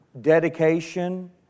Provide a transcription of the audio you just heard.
dedication